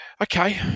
okay